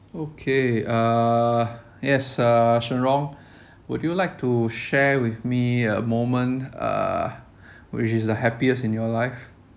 okay uh yes uh shen rong would you like to share with me a moment uh which is the happiest in your life